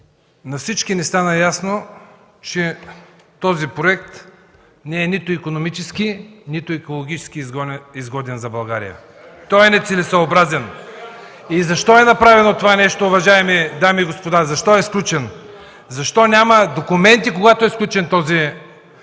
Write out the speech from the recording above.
На всички ни стана ясно, че този проект не е нито икономически, нито екологически изгоден за България. Той е нецелесъобразен. (Силен шум и възгласи в КБ.) Защо е направено това, уважаеми дами и господа? Защо е сключен? Защо няма документи, когато е сключен този договор?